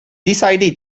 decided